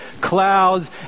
clouds